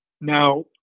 Now